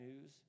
news